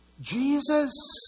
Jesus